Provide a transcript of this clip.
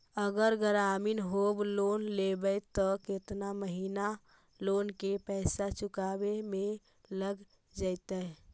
अगर ग्रामीण home loan लेबै त केतना महिना लोन के पैसा चुकावे में लग जैतै?